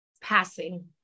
passing